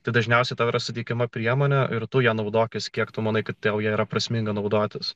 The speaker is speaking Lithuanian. tai dažniausiai yra suteikiama priemonė ir tu ją naudokis kiek tu manai kad tau yra prasminga naudotis